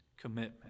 commitment